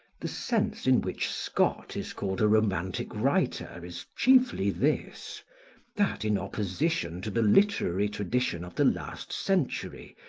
the sense in which scott is called a romantic writer is chiefly this that, in opposition to the literary tradition of the last century,